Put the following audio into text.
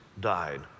died